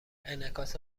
انعکاس